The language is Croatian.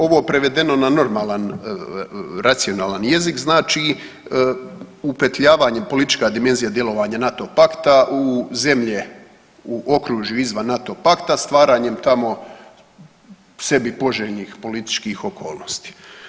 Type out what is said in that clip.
Ovo prevedeno na normalan racionalan jezik znači upetljavanje, politička dimenzija djelovanja NATO pakta u zemlje u okružju izvan NATO pakta stvaranjem tamo sebi poželjnih političkih okolnosti.